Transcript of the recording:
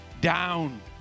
down